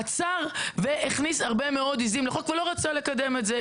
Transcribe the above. עצר והכניס הרבה מאוד עיזים לחוק ולא רצה לקדם את זה.